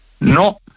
No